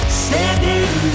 standing